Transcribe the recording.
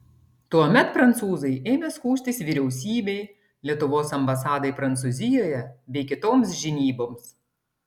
tuomet prancūzai ėmė skųstis vyriausybei lietuvos ambasadai prancūzijoje bei kitoms žinyboms